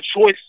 choice